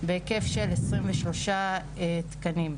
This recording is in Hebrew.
בהיקף של 23 תקנים.